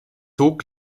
zog